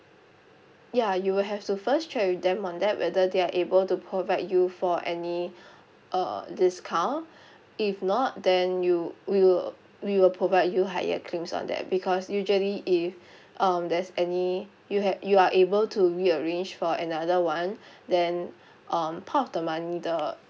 ya you will have to first check with them on that whether they are able to provide you for any uh discount if not then you we will we will provide you higher claims on that because usually if um there's any you had you are able to rearrange for another one then um part of the money the